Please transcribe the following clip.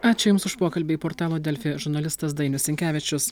ačiū jums už pokalbį portalo delfi žurnalistas dainius sinkevičius